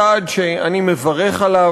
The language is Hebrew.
צעד שאני מברך עליו.